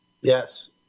Yes